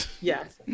Yes